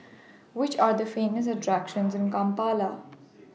Which Are The Famous attractions in Kampala